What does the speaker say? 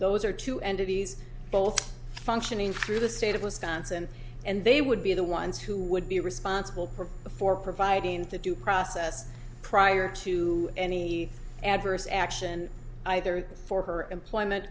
those are two entities both functioning through the state of wisconsin and they would be the ones who would be responsible for the for providing the due process prior to any adverse action either for her